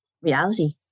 reality